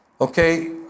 Okay